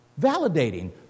validating